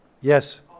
Yes